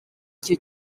icyo